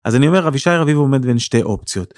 אז אני אומר רבי שייר אביב הוא עומד בין שתי אופציות.